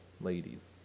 Ladies